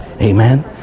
amen